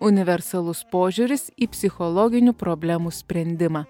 universalus požiūris į psichologinių problemų sprendimą